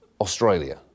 Australia